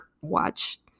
watch